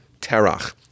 Terach